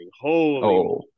Holy